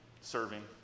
Serving